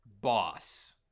boss